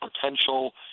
potential